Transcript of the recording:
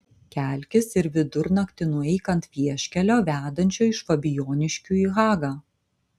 kelkis ir vidurnaktį nueik ant vieškelio vedančio iš fabijoniškių į hagą